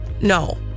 no